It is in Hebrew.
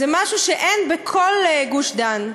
זה משהו שאין בכל גוש-דן.